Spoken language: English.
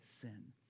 sin